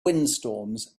windstorms